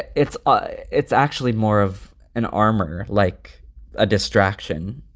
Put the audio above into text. it's ah it's actually more of an armor, like a distraction.